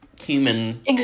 human